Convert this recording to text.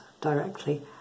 directly